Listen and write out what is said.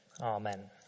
Amen